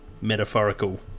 metaphorical